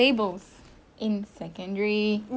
we're sticking to that oh my god ya